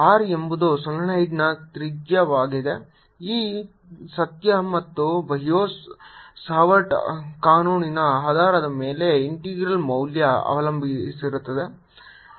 R ಎಂಬುದು ಸೊಲೆನಾಯ್ಡ್ನ ತ್ರಿಜ್ಯವಾಗಿದ್ದರೆ ಈ ಸತ್ಯ ಮತ್ತು ಬಯೋ ಸಾವರ್ಟ್ ಕಾನೂನಿನ ಆಧಾರದ ಮೇಲೆ ಇಂಟೆಗ್ರಲ್ ಮೌಲ್ಯ ಅವಲಂಬಿಸಿರುತ್ತದೆ